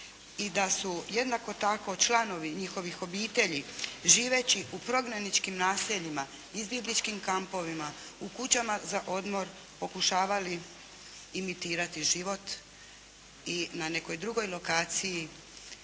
i da su jednako tako članovi njihovih obitelji živeći u prognaničkim naseljima, izbjegličkim kampovima, u kućama za odmor pokušavali imitirati život i na nekoj drugoj lokaciji